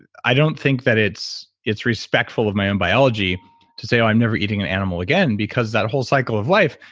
i don't think that it's it's respectful of my own biology to say, oh, i'm never eating an animal again, because that whole cycle of life,